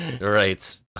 Right